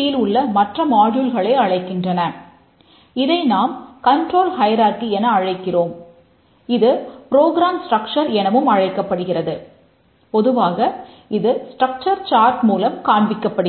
design மூலம் காண்பிக்கப்படுகிறது